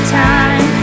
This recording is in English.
time